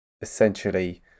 essentially